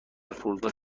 فرودگاه